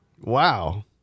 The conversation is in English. Wow